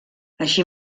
així